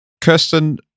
Kirsten